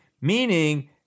meaning